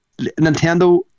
Nintendo